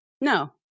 No